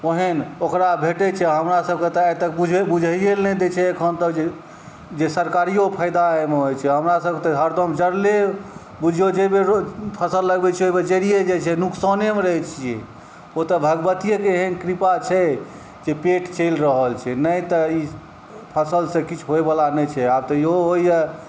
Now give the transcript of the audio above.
ओहन ओकरा भेटै छै हमरासबके तऽ आइतक बुझैएलए नहि दै छै एखन तक जे सरकारिओ फाइदा एहिमे होइ छै हमरासबके तऽ हरदम जरले बुझिऔ जाहि बेर फसल लगबै छी ओहिबेर जरिए जाइ छै नुकसानेमे रहै छिए ओ तऽ भगवतिएके एहन कृपा छै जे पेट चलि रहल छै नहि तऽ ई फसिलसँ किछु होइवला नहि छै आब तैओ होइए